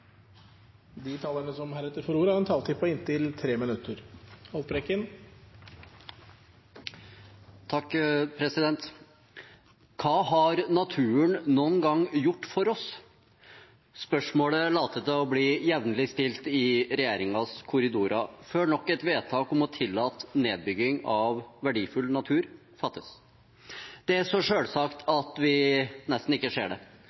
De talere som heretter får ordet, har en taletid på inntil 3 minutter. Hva har naturen noen gang gjort for oss? Spørsmålet later til å bli jevnlig stilt i regjeringens korridorer – før nok et vedtak om å tillate nedbygging av verdifull natur fattes. Det er så selvsagt at vi nesten ikke ser det.